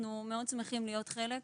ואנחנו מאוד שמחים להיות חלק ממנו.